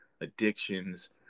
addictions